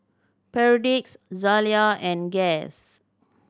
Perdix Zalia and Guess